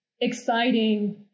exciting